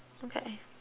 okay